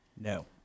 No